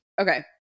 okay